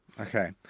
Okay